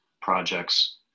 projects